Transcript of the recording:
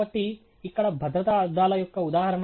కాబట్టి ఇక్కడ భద్రతా అద్దాల యొక్క ఉదాహరణ